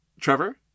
Trevor